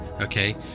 okay